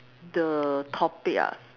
the topic ah